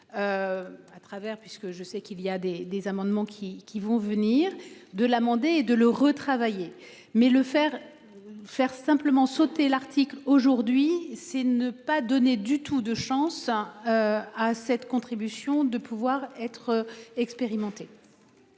À travers puisque je sais qu'il y a des, des amendements qui qui vont venir de l'amender de le retravailler mais le faire faire. Simplement sauter l'article aujourd'hui c'est ne pas donner du tout de chance. Ah cette contribution de pouvoir être expérimenté.